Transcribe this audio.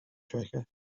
tracker